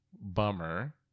bummer